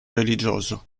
religioso